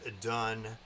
done